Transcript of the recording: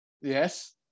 Yes